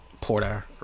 porter